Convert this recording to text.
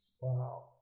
Wow